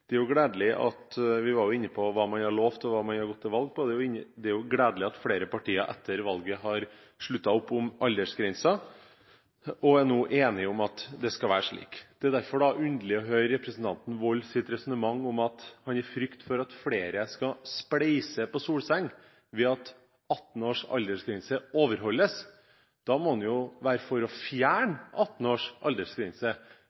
Vi var inne på hva man har lovet, og hva man har gått til valg på. Det er gledelig at flere partier etter valget har sluttet opp om aldersgrensen og nå er enige om at det skal være slik. Det er derfor underlig å høre representanten Wolds resonnement om at han i frykt for at flere skal spleise på solseng, vil at 18-års aldersgrense overholdes. Da må han være for å